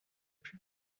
plus